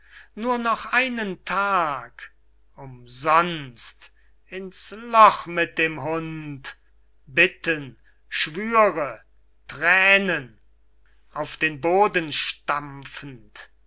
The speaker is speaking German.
nur noch einen tag umsonst ins loch mit dem hund bitten schwüre thränen auf den boden